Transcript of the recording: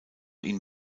ihn